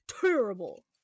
terrible